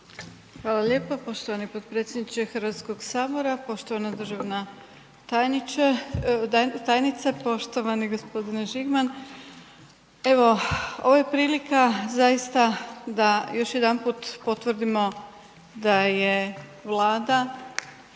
Hvala lijepa. Poštovani potpredsjedniče HS-a, poštovana državna tajnice, poštovani gospodine Žigman. Evo ovo je prilika zaista da još jedanput potvrdimo da je Vlada